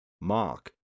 Mark